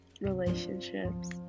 relationships